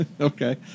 Okay